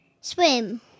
Swim